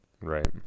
right